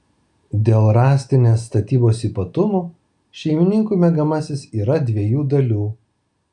dėl rąstinės statybos ypatumų šeimininkų miegamasis yra dviejų dalių